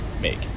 make